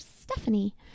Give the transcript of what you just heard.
Stephanie